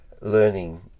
learning